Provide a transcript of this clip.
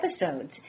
episodes